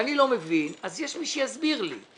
ואני לא מבין, אז יש מי שיסביר לי.